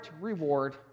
reward